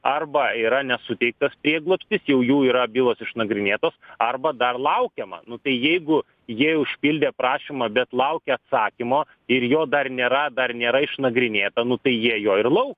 arba yra nesuteiktas prieglobstis jau jų yra bylos išnagrinėtos arba dar laukiama nu tai jeigu jie užpildė prašymą bet laukia atsakymo ir jo dar nėra dar nėra išnagrinėta nu tai jie jo ir lauks